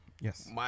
yes